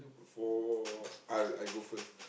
for I I go first